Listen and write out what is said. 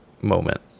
moment